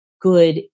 good